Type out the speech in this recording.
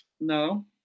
No